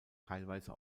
teilweise